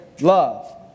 love